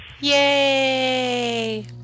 Yay